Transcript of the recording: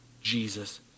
Jesus